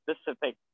specific